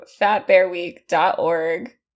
fatbearweek.org